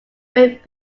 great